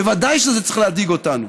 בוודאי שזה צריך להדאיג אותנו